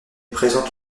présente